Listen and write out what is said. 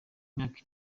myaka